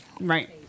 Right